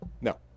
No